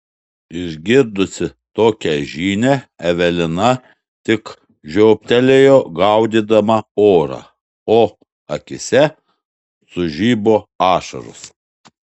išgirdusi tokią žinią evelina tik žioptelėjo gaudydama orą o akyse sužibo ašaros